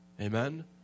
Amen